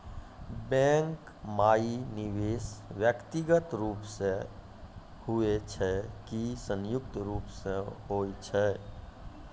Bank माई निवेश व्यक्तिगत रूप से हुए छै की संयुक्त रूप से होय छै?